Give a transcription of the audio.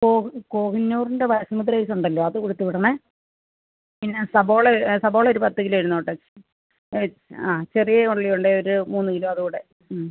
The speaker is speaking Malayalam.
കോഹിനൂറിൻ്റെ ബസുമതി റൈസുണ്ടല്ലോ അത് കൊടുത്ത് വിടണേ പിന്നെ സബോള സബോള ഒരു പത്ത് കിലോ ഇരുന്നോട്ടെ ആ ചെറിയ ഉള്ളിയുണ്ടേൽ ഒരു മൂന്ന് കിലോ അതുകൂടെ ഉം